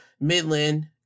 Midland